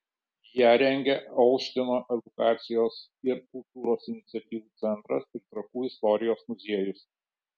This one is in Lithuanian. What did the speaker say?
ją rengia olštyno edukacijos ir kultūros iniciatyvų centras ir trakų istorijos muziejus